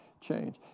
change